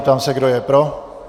Ptám se, kdo je pro.